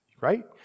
right